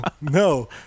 No